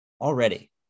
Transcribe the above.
already